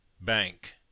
bank